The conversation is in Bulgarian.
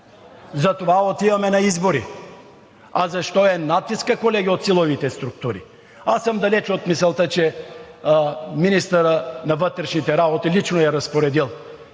Затова отиваме на избори! А защо е натискът от силовите структури, колеги? Аз съм далече от мисълта, че министърът на вътрешните работи лично е разпоредил,